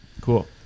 Cool